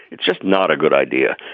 it's just not a good idea.